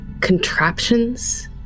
contraptions